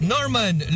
Norman